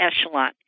echelon